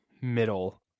middle